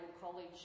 College